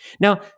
Now